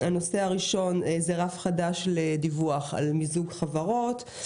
הנושא הראשון הוא רף חדש לדיווח על מיזוג חברות,